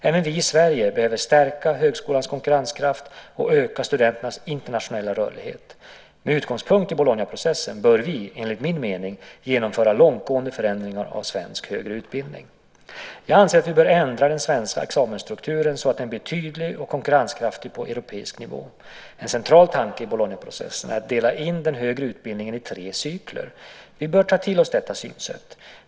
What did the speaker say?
Även vi i Sverige behöver stärka högskolans konkurrenskraft och öka studenternas internationella rörlighet. Med utgångspunkt i Bolognaprocessen bör vi, enligt min mening, genomföra långtgående förändringar av svensk högre utbildning. Jag anser att vi bör ändra den svenska examensstrukturen så att den blir tydlig och konkurrenskraftig på europeisk nivå. En central tanke i Bolognaprocessen är att dela in den högre utbildningen i tre cykler. Vi bör ta till oss detta synsätt.